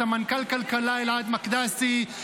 לסמנכ"ל כלכלה אלעד מקדסי,